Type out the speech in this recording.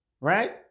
right